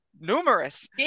numerous